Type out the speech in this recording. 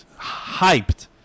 hyped